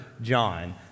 John